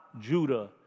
Judah